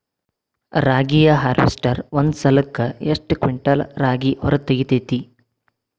ರಾಗಿಯ ಹಾರ್ವೇಸ್ಟರ್ ಒಂದ್ ಸಲಕ್ಕ ಎಷ್ಟ್ ಕ್ವಿಂಟಾಲ್ ರಾಗಿ ಹೊರ ತೆಗಿತೈತಿ?